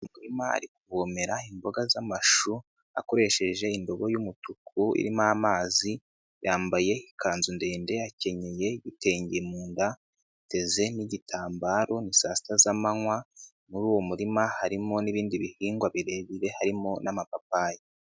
Ari mu murima, ari kuvomera imboga z'amashu akoresheje indobo y'umutuku irimo amazi, yambaye ikanzu ndende akenyeye igitenge mu nda, ateze n'igitambaro, ni saa sita z'amanywa; muri uwo murima harimo n'ibindi bihingwa birebire harimo n'amapapayi.